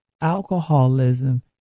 alcoholism